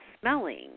smelling